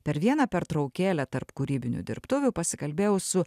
per vieną pertraukėlę tarp kūrybinių dirbtuvių pasikalbėjau su